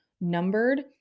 numbered